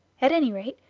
at any rate,